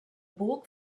burg